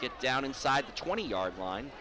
get down inside the twenty yard line